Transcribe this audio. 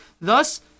Thus